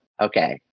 okay